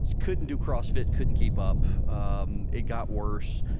couldn't do crossfit couldn't keep up. um it got worse.